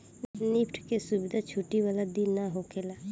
NEFT के सुविधा छुट्टी वाला दिन नाइ होखेला